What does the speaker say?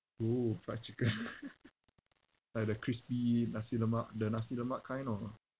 !woo! fried chicken like the crispy nasi lemak the nasi lemak kind or